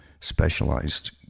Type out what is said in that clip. specialized